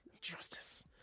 Justice